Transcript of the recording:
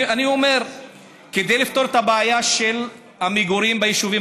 אני אומר שכדי לפתור את הבעיה של המגורים ביישובים